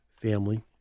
Family